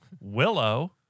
Willow